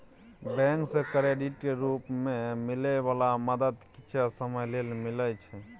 bank सँ क्रेडिटक रूप मे मिलै बला मदद किछे समय लेल मिलइ छै